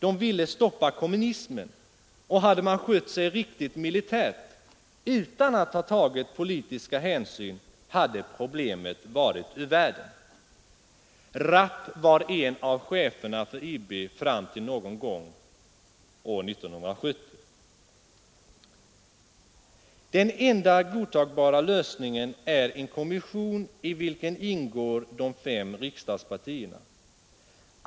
De ville stoppa kommunismen och hade man skött sig riktigt militärt utan att ha tagit politiska hänsyn hade problemet varit ur världen nu.” Rapp var en av cheferna för IB fram till någon gång år 1970. Den enda godtagbara lösningen är en kommission i vilken ingår de fem riksdagspartierna.